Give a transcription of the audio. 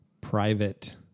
private